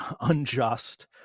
unjust